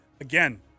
again